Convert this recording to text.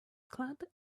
club